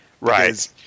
right